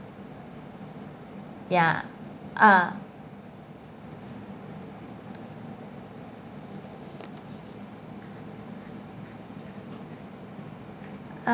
ya ah